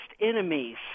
enemies